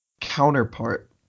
counterpart